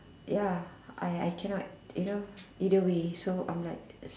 ya I I can not you know either way so I'm like